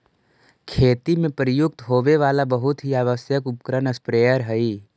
खेती में प्रयुक्त होवे वाला बहुत ही आवश्यक उपकरण स्प्रेयर हई